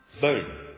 boom